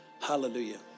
Hallelujah